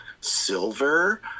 silver